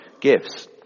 gifts